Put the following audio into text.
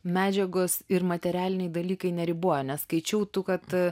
medžiagos ir materialiniai dalykai neriboja nes skaičiau tu kad